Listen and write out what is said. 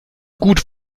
gut